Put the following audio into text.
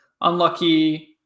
unlucky